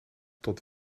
tot